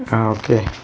ആ ഓക്കെ